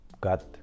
got